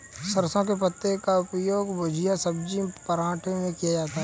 सरसों के पत्ते का उपयोग भुजिया सब्जी पराठे में किया जाता है